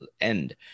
end